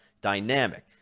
dynamic